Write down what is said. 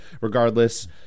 regardless